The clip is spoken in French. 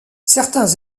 certains